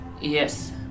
Yes